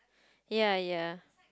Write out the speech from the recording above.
ya ya